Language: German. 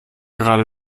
gerade